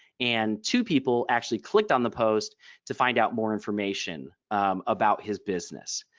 and two people actually clicked on the post to find out more information about his business.